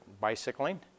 bicycling